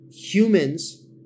humans